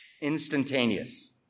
instantaneous